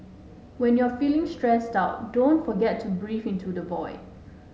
when you are feeling stressed out don't forget to breathe into the void